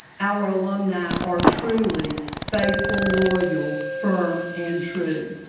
our alumni are truly faithful, loyal, firm and true